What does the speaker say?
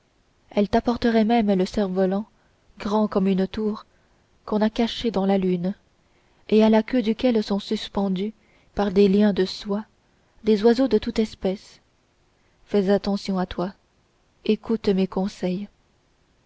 elles t'apporteraient même le cerf-volant grand comme une tour qu'on a caché dans la lune et à la queue duquel sont suspendus par des liens de soie des oiseaux de toute espèce fais attention à toi écoute mes conseils